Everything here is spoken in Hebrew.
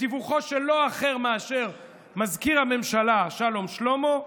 בתיווכו של לא אחר מאשר מזכיר הממשלה שלום שלמה,